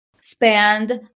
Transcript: spend